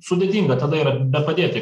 sudėtinga tada yra bepadėti